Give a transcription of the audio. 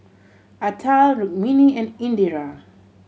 Atal Rukmini and Indira